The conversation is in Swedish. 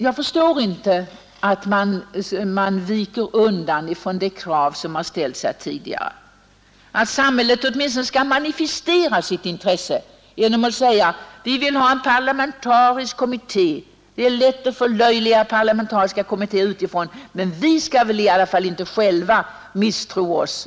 Jag förstår inte att man viker undan för de krav som här har rests, att riksdagen åtminstone skall manifestera samhällets intresse genom att begära en parlamentarisk kommitté. Det är lätt för människor utanför detta hus att förlöjliga parlamentariska kommittéer.